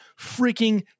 freaking